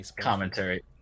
commentary